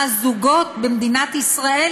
מהזוגות במדינת ישראל,